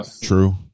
true